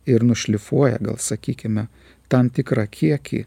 ir nušlifuoja gal sakykime tam tikrą kiekį